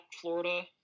Florida